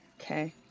Okay